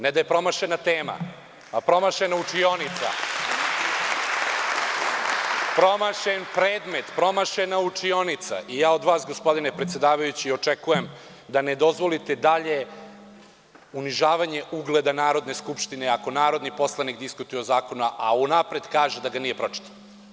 Ne da je promašena tema nego je promašena učionica, promašen predmet, i ja od vas gospodine predsedavajući očekujem da ne dozvolite dalje unižavanje ugleda Narodne skupštine, ako narodni poslanik diskutuje o zakonu, a unapred kaže da ga nije pročitao.